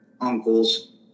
uncles